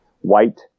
white